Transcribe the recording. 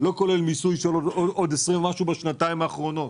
לא כולל מיסוי בו יש עוד 20 ומשהו בשנתיים האחרונות.